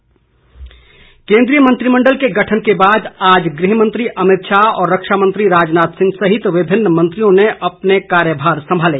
मंत्री कार्यभार केंद्रीय मंत्रिमण्डल के गठन के बाद आज गृह मंत्री अमित शाह और रक्षा मंत्री राजनाथ सिंह सहित विभिन्न मंत्रियों ने अपने कार्यभार संभाले